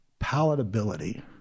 palatability